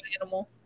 animal